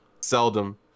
seldom